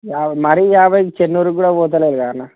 యాభై మరీ యాభైకి చెన్నూరుకు కూడా పోతలేదు కదన్నా